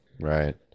Right